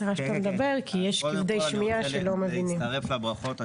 קודם כל אני רוצה להצטרף לברכות.